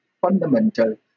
fundamental